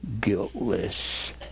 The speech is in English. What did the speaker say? guiltless